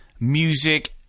Music